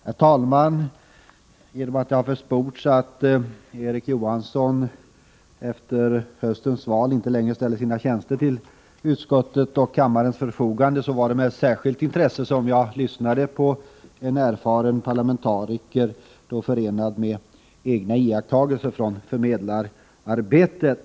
Herr talman! Eftersom det har försports att Erik Johansson efter höstens val inte längre ställer sina tjänster till utskottets och kammarens förfogande var det med särskilt intresse som jag lyssnade på inlägget av denne erfarne parlamentariker, som förenar politiska kunskaper med egna iakttagelser från förmedlararbetet.